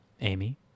Amy